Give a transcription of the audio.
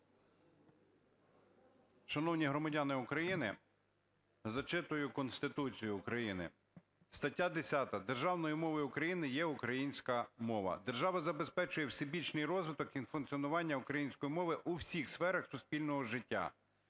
Шановні громадяни України, зачитую Конституцію України. Стаття 10: "Державною мовою України є українська мова. Держава забезпечує всебічний розвиток і функціонування української мови в усіх сферах суспільного життя".